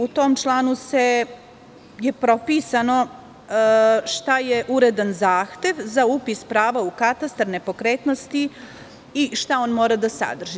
U tom članu je propisano šta je uredan zahtev za upis prava u katastar nepokretnosti i šta on mora da sadrži.